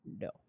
no